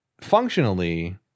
functionally